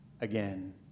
again